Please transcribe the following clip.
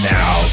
now